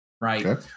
right